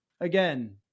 Again